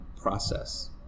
process